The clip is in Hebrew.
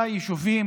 ומטיף?